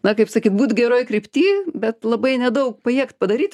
na kaip sakyt būt geroj krypty bet labai nedaug pajėgt padaryt